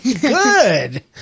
Good